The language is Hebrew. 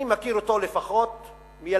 אני מכיר אותו לפחות מילדותי,